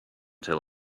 tell